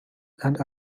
and